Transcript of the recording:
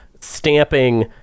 stamping